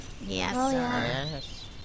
Yes